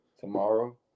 tomorrow